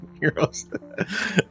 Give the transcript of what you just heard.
heroes